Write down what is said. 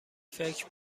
فکر